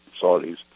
Saudis